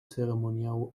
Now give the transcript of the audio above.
ceremoniału